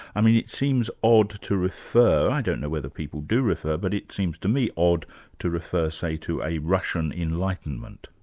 i mean it seems odd to refer i don't know whether people do refer, but it seems to me odd to refer, say, to a russian enlightenment.